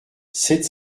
sept